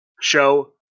Show